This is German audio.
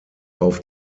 auf